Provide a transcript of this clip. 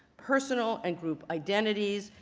personal and group identities,